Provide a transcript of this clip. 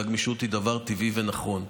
והגמישות היא דבר טבעי ונכון,